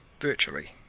virtually